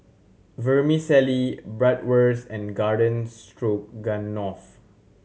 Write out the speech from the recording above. Vermicelli Bratwurst and Garden Stroganoff